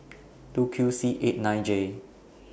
two Q C eight nine J